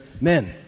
men